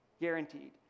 Guaranteed